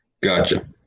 Gotcha